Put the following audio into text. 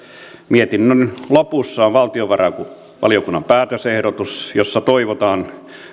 mietinnön lopussa on valtiovarainvaliokunnan päätösehdotus jossa toivotaan että